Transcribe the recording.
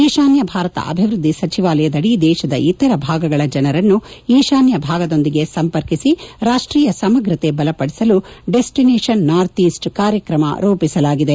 ಈಶಾನ್ಯ ಭಾರತ ಅಭಿವೃದ್ಧಿ ಸಚಿವಾಲಯದಡಿ ದೇಶದ ಇತರ ಭಾಗಗಳ ಜನರನ್ನು ಈಶಾನ್ಯ ಭಾಗದೊಂದಿಗೆ ಸಂಪರ್ಕಿಸಿ ರಾಷ್ಟೀಯ ಸಮಗ್ರತೆ ಬಲಪಡಿಸಲು ಡೆಸ್ಟಿನೇಷನ್ ನಾರ್ತ್ ಈಸ್ಟ್ ಕಾರ್ಯಕ್ರಮ ರೂಪಿಸಲಾಗಿದೆ